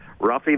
Ruffy